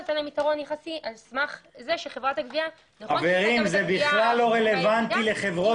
אין להם יתרון יחסי על סמך זה שחברת הגבייה- -- זה לא רלוונטי לחברות